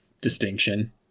distinction